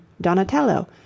Donatello